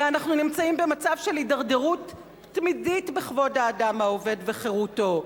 הרי אנחנו נמצאים במצב של הידרדרות תמידית בכבוד האדם העובד וחירותו,